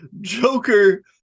Joker